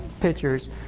pictures